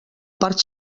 part